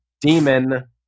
demon